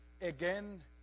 Again